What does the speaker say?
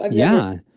um yeah,